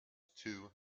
two